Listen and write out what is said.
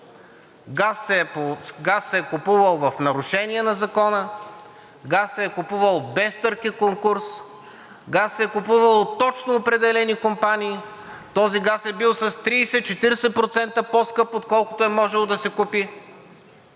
Газ се е купувал в нарушение на закона; газ се е купувал без търг и конкурс; газ се е купувал от точно определени компании; този газ е бил с 30 – 40% по-скъп, отколкото е можело да се купи“?